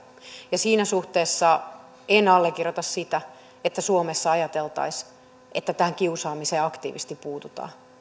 ja siinä suhteessa en allekirjoita sitä että suomessa ajateltaisiin että tähän kiusaamiseen aktiivisesti puututaan